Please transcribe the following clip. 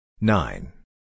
Nine